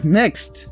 next